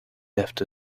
left